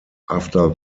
after